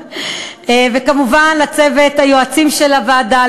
וכמובן לצוות היועצים של הוועדה,